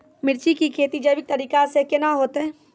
मिर्ची की खेती जैविक तरीका से के ना होते?